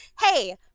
hey